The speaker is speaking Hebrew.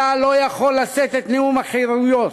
אתה לא יכול לשאת את נאום החירויות.